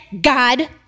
God